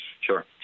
Sure